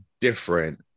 different